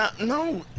No